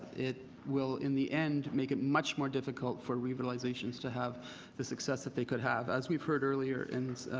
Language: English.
it will, in the end, make it much more difficult for revitalization to have this success that they could have. as we heard earlier in